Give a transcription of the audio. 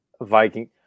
Viking